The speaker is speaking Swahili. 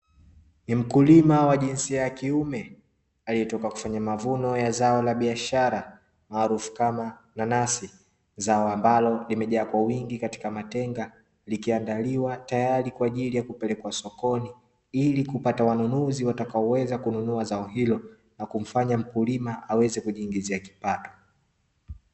Ni mkulima wa jinsia ya kiume aliyetoka kwenye mavuno ya zao la biashara maarufu kama nanasi, zao ambalo limejaa kwa wingi katika matenga likiandaliwa tayari kwa ajili ya kupelekwa sokoni, ili kupata wanunuzi watakaoweza kununua zao hilo, na kumfanya mkulima aweze kujiingiza kipato.